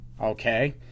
okay